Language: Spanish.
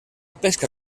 pesca